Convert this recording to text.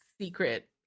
secret